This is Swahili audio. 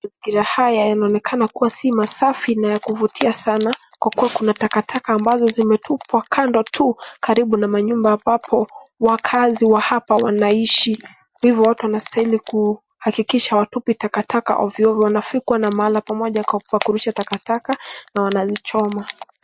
Mazingira haya yanaonekana si masafi na yakuvutia sana kwa kuwa kuna taka taka ambazo zimetupwa kando tu karibu na manyumba ambapo wakazi wa hapa wanaishi. Hivyo watu wanafaa kuhakikisha hawatupi takataka ovyo ovyo. Wanafaa kuwa na mahali pamoja pa kutupa taka taka na wanazichoma.